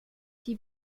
die